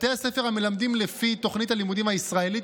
בתי הספר המלמדים לפי תוכנית הלימודים הישראלית